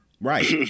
Right